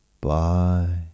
Bye